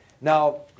Now